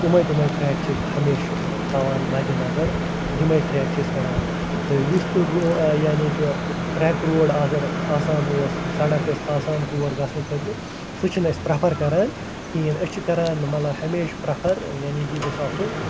تِمَے تِمَے ٹرٛٮ۪ک چھِ اَسہِ ہمیشہ تھاوان مَدِ نظر یِمَے ٹرٛٮ۪ک چھِ أسۍ کران تہٕ یُس تہِ رو یعنی کہ ٹرٛٮ۪ک روڈ اَگر آسان اوس سَڑک ٲسۍ آسان تور گژھنہٕ خٲطرٕ سُہ چھِنہٕ أسۍ پریٚفَر کران کِہیٖنۍ أسۍ چھِ کران مطلب ہمیشہ پریٚفَر یعنی کہ یہِ گوٚژھ آسُن